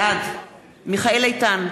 בעד מיכאל איתן,